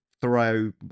throw